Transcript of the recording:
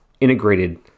integrated